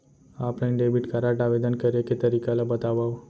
Offline debit card आवेदन करे के तरीका ल बतावव?